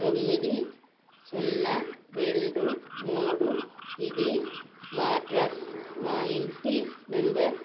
తొమ్మిది సున్నా రెండు మూడు ఇది మా అడ్రస్ మా ఇంటి నెంబర్